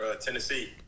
Tennessee